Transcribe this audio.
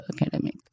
academic